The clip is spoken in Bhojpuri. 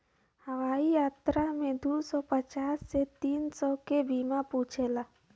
हवाई यात्रा में दू सौ पचास से तीन सौ के बीमा पूछेला